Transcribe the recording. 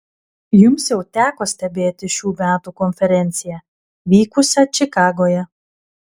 jums jau teko stebėti šių metų konferenciją vykusią čikagoje